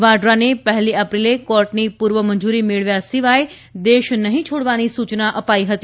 વાડરાને પહેલી એપ્રિલે કોર્ટની પૂર્વ મંજૂરી મેળવ્યા સિવાય દેશ નહિં છોડવાની સૂચના અપાઇ હતી